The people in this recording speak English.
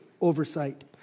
oversight